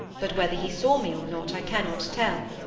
but whether he saw me or not i cannot tell.